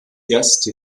erste